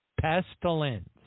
pestilence